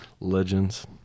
legends